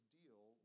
deal